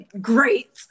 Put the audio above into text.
great